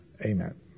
Amen